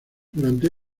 durante